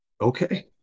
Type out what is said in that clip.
okay